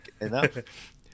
enough